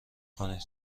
کنید